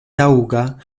taŭga